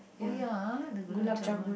oh ya the gulab-jamun